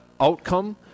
outcome